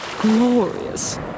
glorious